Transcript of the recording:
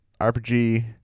RPG